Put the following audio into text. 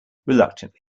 reluctantly